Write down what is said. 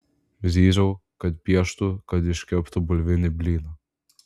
zyziau kad pieštų kad iškeptų bulvinį blyną